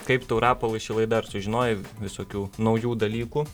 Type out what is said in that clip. kaip tau rapolai ši laida ar sužinojai visokių naujų dalykų